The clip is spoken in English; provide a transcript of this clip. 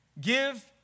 Give